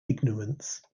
ignorance